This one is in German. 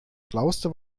schlauste